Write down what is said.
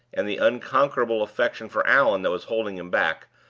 and the unconquerable affection for allan that was holding him back,